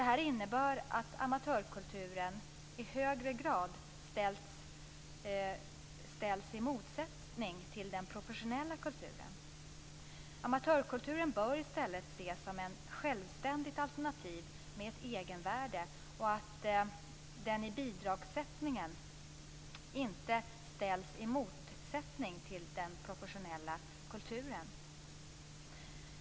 Det innebär att amatörkulturen i högre grad ställs mot den professionella kulturen. Amatörkulturen bör ses som ett självständigt alternativ med ett egenvärde. I bidragssättningen skall amatörkulturen inte ställas mot den professionella kulturen.